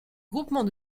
groupement